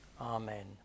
Amen